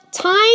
Time